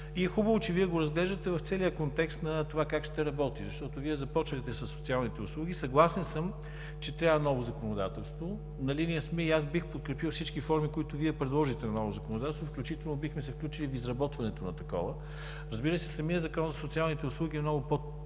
и е хубаво, че Вие го разглеждате в целия контекст на това как ще работи, защото Вие започнахте със социалните услуги. Съгласен съм, че трябва ново законодателство. На линия сме и аз бих подкрепил всички форми, които Вие предложите, за ново законодателство, включително бихме се включили в изработването на такова. Разбира се, самият Закон за социалните услуги е много по-труден